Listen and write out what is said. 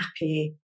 happy